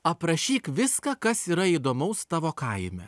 aprašyk viską kas yra įdomaus tavo kaime